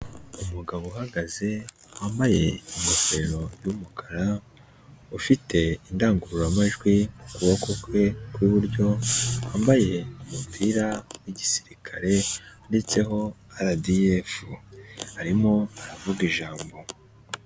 Umugabo uhagaze, wambaye imifeo y'umukara, ufite indangururamajwi mu kuboko kwe kw'iburyo, wambaye umupira w'igisirikare wandetseho RDF, arimo aravuga ijambo.